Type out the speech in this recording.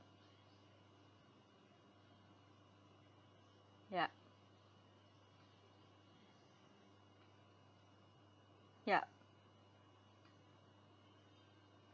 ya ya